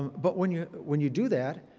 but when you when you do that,